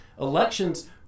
elections